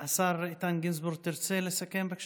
השר איתן גינזבורג, תרצה לסכם, בבקשה?